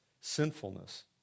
sinfulness